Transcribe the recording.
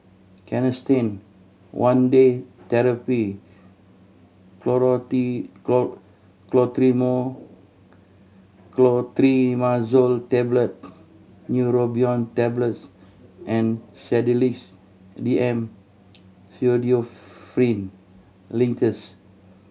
Canesten one Day Therapy Clotrimazole Tablet Neurobion Tablets and Sedilix D M Pseudoephrine Linctus